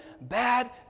bad